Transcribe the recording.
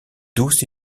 douce